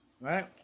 Right